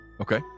Okay